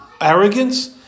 arrogance